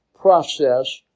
process